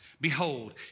Behold